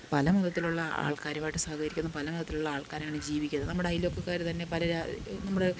പല മതത്തിലുള്ള ആൾക്കാരുമായിട്ട് സഹകരിക്കണം പല മതത്തിലുള്ള ആൾക്കാരാണ് ജീവിക്കുന്നത് നമ്മുടെ അയൽപക്കക്കാര് തന്നെ പല നമ്മള്